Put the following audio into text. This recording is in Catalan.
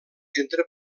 entre